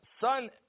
son